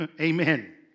Amen